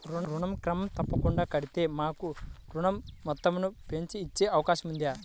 ఋణం క్రమం తప్పకుండా కడితే మాకు ఋణం మొత్తంను పెంచి ఇచ్చే అవకాశం ఉందా?